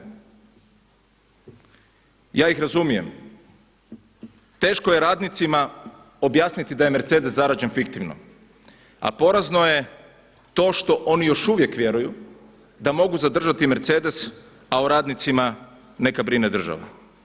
Ja ih razumijem, teško je radnicima objasniti da je Mercedese zarađen fiktivno, a porazno je to što oni još uvijek vjeruju da mogu zadržati Mercedes, a o radnicima neka brine država.